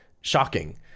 shocking